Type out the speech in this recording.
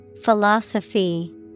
Philosophy